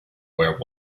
where